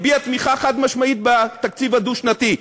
הביע תמיכה חד-משמעית בתקציב הדו-שנתי.